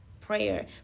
prayer